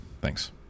Thanks